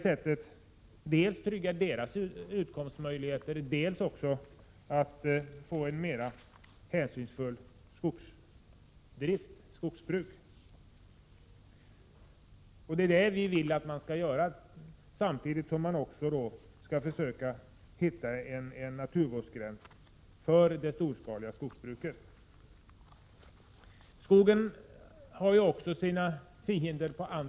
Därmed tryggas deras utkomstmöjligheter och skogsbruket bedrivs på ett mer hänsynsfullt sätt. Det är vad vi vill skall ske, samtidigt som det gäller att försöka hitta en naturvårdsgräns för det storskaliga skogsbruket. Skogen har fiender också på andra ställen.